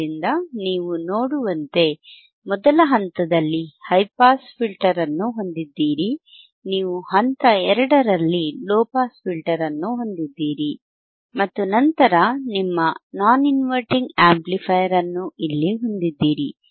ಆದ್ದರಿಂದ ನೀವು ನೋಡುವಂತೆ ಮೊದಲ ಹಂತದಲ್ಲಿ ಹೈ ಪಾಸ್ ಫಿಲ್ಟರ್ ಅನ್ನು ಹೊಂದಿದ್ದೀರಿ ನೀವು ಹಂತ 2 ರಲ್ಲಿ ಲೊ ಪಾಸ್ ಫಿಲ್ಟರ್ ಅನ್ನು ಹೊಂದಿದ್ದೀರಿ ಮತ್ತು ನಂತರ ನಿಮ್ಮ ನಾನ್ ಇನ್ವರ್ಟಿಂಗ್ ಆಂಪ್ಲಿಫೈಯರ್ ಅನ್ನು ಇಲ್ಲಿ ಹೊಂದಿದ್ದೀರಿ